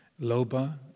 Loba